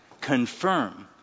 confirm